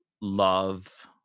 love